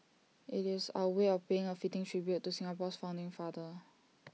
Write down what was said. IT is our way of paying A fitting tribute to Singapore's founding father